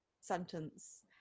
sentence